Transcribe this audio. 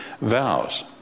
vows